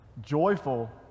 joyful